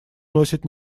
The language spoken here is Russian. носит